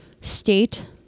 state